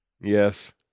Yes